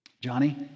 Johnny